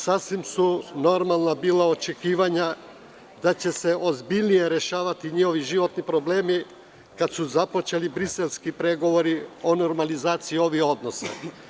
Sasvim su normalna bila očekivanja da će se ozbiljnije rešavati njihovi životni problemi kada su započeti briselski pregovori o normalizaciji ovih odnosa.